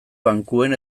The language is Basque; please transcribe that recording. bankuen